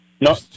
No